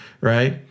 Right